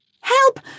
Help